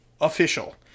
Official